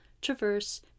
traverse